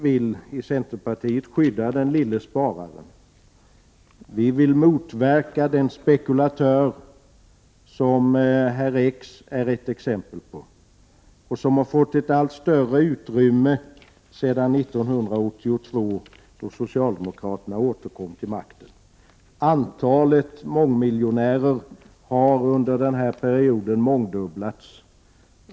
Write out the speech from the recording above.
Vi i centerpartiet vill skydda den lille spararen, och vi vill motverka den ”spekulatör” som herr X är ett exempel på. Han har fått ett allt större utrymme för att spekulera sedan 1982 då socialdemokraterna återkom till makten. Antalet mångmiljonärer har under dennna period flerdubblats.